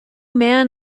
man